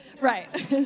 Right